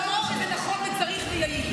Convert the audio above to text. הוא לא אמר שזה נכון וצריך ויעיל.